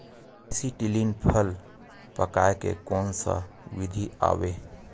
Acetylene फल पकाय के कोन सा विधि आवे?